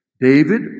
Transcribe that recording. David